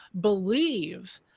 believe